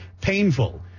painful